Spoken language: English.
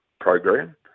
program